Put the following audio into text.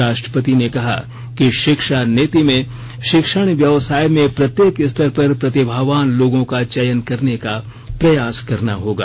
राष्ट्रपति ने कहा कि शिक्षा नीति में शिक्षण व्य्वसाय में प्रत्येक स्तर पर प्रतिभावान लोगों का चयन करने का प्रयास करना होगा